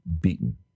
beaten